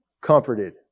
comforted